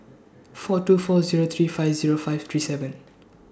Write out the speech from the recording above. four two four Zero three five Zero five three seven